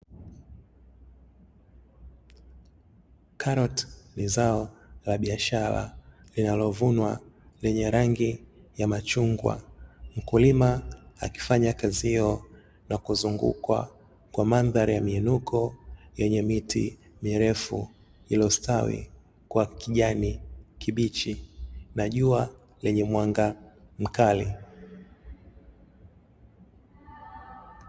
Karoti ni zao la biashara linalovunwa, lenye rangi ya machungwa, mkulima akifanya kazi hiyo, na kuzungukwa kwa mandhari ya miinuko yenye miti mirefu iliyostawi kwa kijani kibichi, na jua lenye mwanga mkali.